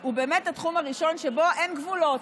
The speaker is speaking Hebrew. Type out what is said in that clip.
הוא באמת התחום הראשון שבו אין גבולות.